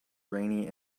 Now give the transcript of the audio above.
rainy